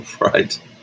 Right